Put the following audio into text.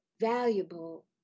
valuable